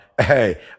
hey